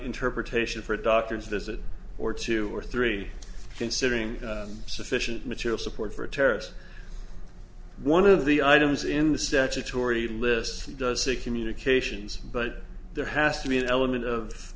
interpretation for a doctor's visit or two or three considering sufficient material support for terrorists one of the items in the statutory list does sic communications but there has to be an element of